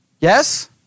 Yes